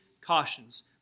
cautions